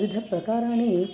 विविधप्रकाराणि